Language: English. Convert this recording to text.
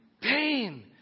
pain